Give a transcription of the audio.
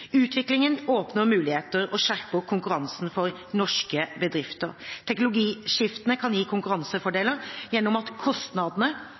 Utviklingen åpner muligheter og skjerper konkurransen for norske bedrifter. Teknologiskiftene kan gi konkurransefordeler gjennom at kostnadene